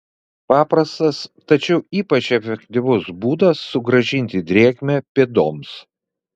paprastas tačiau ypač efektyvus būdas sugrąžinti drėgmę pėdoms